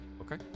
Okay